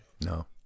No